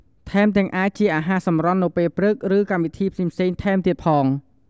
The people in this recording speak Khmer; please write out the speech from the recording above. ថែមទាំងអាចជាអាហារសម្រន់នៅពេលព្រឹកឬកម្មវិធីផ្សេងៗថែមទៀតផង។